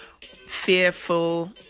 fearful